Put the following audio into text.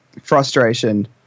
frustration